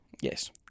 Yes